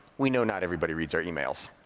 we know not everybody reads our emails.